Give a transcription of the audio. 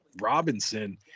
Robinson